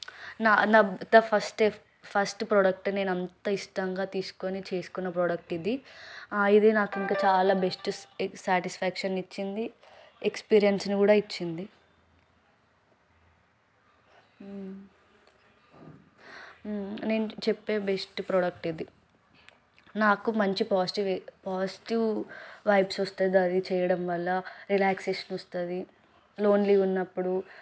నా నా the first f first product నేను అంత ఇష్టంగా తీసుకొని చేసుకున్న ప్రోడక్ట్ ఇది ఇది నాకు ఇంక చాలా బెస్ట్ సాటిస్ఫాక్షన్ ఇచ్చింది ఎక్స్పీరియన్స్ని కూడా ఇచ్చింది నేను చెప్పే బెస్ట్ ప్రోడక్ట్ ఇది నాకు మంచి పాజిటివ్ పాజిటివ్ వైబ్స్ వస్తాయి అది చేయడం వల్ల రిలాక్సేషన్ వస్తుంది లోన్లీ ఉన్నప్పుడు